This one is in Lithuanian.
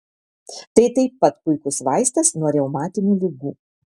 tai taip pat puikus vaistas nuo reumatinių ligų